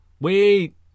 Wait